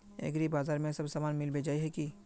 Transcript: एग्रीबाजार में सब सामान मिलबे जाय है की?